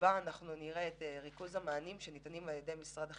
ניסינו למפות את מספר בני הנוער שהיה בידי משרד הרווחה,